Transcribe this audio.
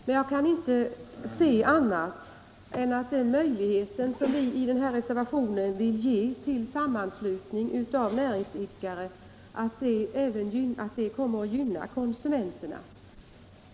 Men jag kan inte se annat än att den möjlighet som vi i denna reservation vill ge sammanslutning av näringsidkare kommer att gynna konsumenterna.